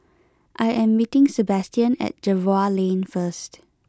I am meeting Sebastian at Jervois Lane first